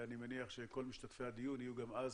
אני מניח שכל משתתפי הדיון יהיו גם אז